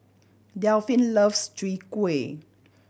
Delphin loves Chwee Kueh